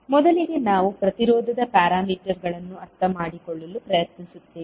ಮೊದಲಿಗೆ ನಾವು ಪ್ರತಿರೋಧದ ಪ್ಯಾರಾಮೀಟರ್ಗಳನ್ನು ಅರ್ಥಮಾಡಿಕೊಳ್ಳಲು ಪ್ರಯತ್ನಿಸುತ್ತೇವೆ